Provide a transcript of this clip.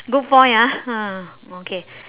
good point ah ha okay